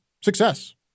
success